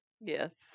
Yes